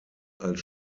als